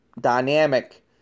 dynamic